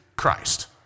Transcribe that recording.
christ